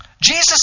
Jesus